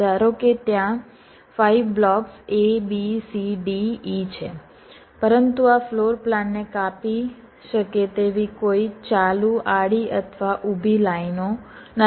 ધારો કે ત્યાં 5 blocks A B C D E છે પરંતુ આ ફ્લોરપ્લાનને કાપી શકે તેવી કોઈ ચાલુ આડી અથવા ઊભી લાઇનો નથી